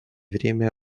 время